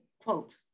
quote